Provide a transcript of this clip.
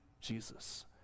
Jesus